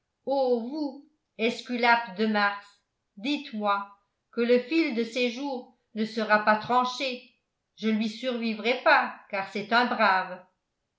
esculape de mars dites-moi que le fil de ses jours ne sera pas tranché je ne lui survivrais pas car c'est un brave